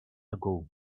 ago